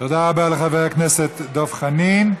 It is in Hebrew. תודה רבה לחבר כנסת דב חנין.